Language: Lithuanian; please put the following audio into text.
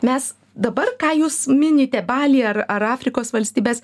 mes dabar ką jūs minite baly ar ar afrikos valstybes